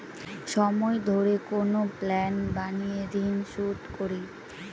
সময় ধরে কোনো প্ল্যান বানিয়ে ঋন শুধ করি